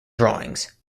drawings